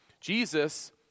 Jesus